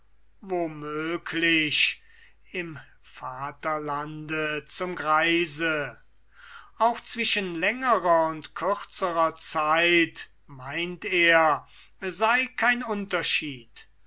möglich im vaterlande zum greise auch zwischen längerer und kürzerer zeit meint er sei kein unterschied